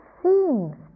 seems